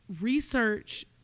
research